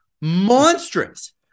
monstrous